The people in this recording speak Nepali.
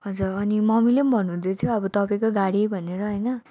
हजुर अनि मम्मीले पनि भन्नु हुँदै थियो अब तपाईँको गाडी भनेर होइन